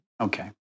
Okay